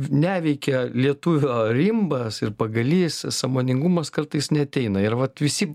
neveikia lietuvio rimbas ir pagalys sąmoningumas kartais neateina ir vat visi